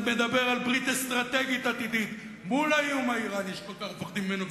מדבר על ברית אסטרטגית עתידית מול האיום האירני שכל כך מפחדים ממנו,